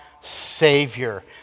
Savior